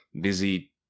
busy